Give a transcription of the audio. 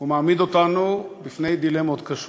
הוא מעמיד אותנו בפני דילמות קשות.